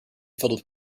filled